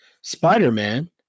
Spider-Man